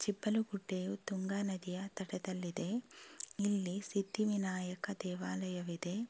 ಚಿಬ್ಬಲುಗುಡ್ಡೆಯು ತುಂಗಾ ನದಿಯ ತಟದಲ್ಲಿದೆ ಇಲ್ಲಿ ಸಿದ್ದಿ ವಿನಾಯಕ ದೇವಾಲಯವಿದೆ